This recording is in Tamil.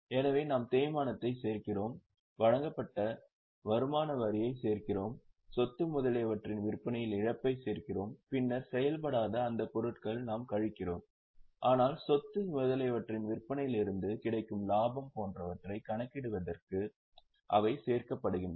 எனவே நாம் தேய்மானத்தைச் சேர்க்கிறோம் வழங்கப்பட்ட வருமான வரியைச் சேர்க்கிறோம் சொத்து முதலியவற்றின் விற்பனையில் இழப்பைச் சேர்க்கிறோம் பின்னர் செயல்படாத அந்த பொருட்களை நாம் கழிக்கிறோம் ஆனால் சொத்து முதலியவற்றின் விற்பனையிலிருந்து கிடைக்கும் லாபம் போன்றவற்றை கணக்கிடுவதற்காக அவை சேர்க்கப்படுகின்றன